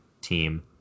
team